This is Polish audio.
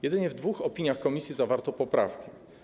Jedynie w dwóch opiniach komisji zawarto poprawki.